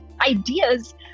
ideas